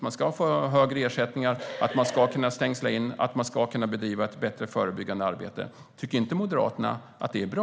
Man ska få högre ersättningar, man ska kunna stängsla in och man ska kunna bedriva ett bättre förebyggande arbete. Tycker inte Moderaterna att det är bra?